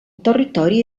territori